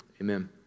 amen